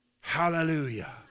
Hallelujah